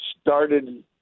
started